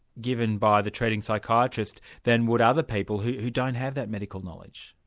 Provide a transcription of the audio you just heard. given by the treating psychiatrist than would other people who who don't have that medical knowledge.